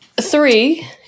Three